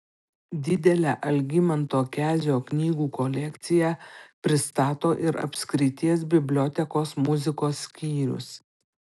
didelę algimanto kezio knygų kolekciją pristato ir apskrities bibliotekos muzikos skyrius